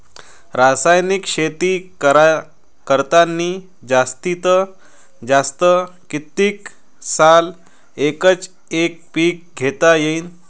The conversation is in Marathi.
रासायनिक शेती करतांनी जास्तीत जास्त कितीक साल एकच एक पीक घेता येईन?